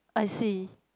I see